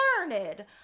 learned